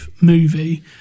movie